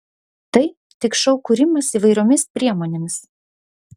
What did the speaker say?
tai tik šou kūrimas įvairiomis priemonėmis